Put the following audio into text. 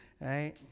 Right